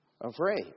Afraid